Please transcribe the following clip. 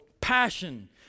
Passion